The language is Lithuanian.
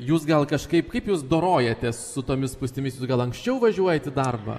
jūs gal kažkaip kaip jūs dorojatės su tomis spūstimis gal anksčiau važiuojat į darbą